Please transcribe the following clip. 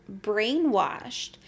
brainwashed